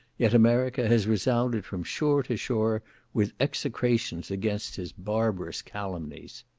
yet america has resounded from shore to shore with execrations against his barbarous calumnies.